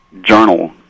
journal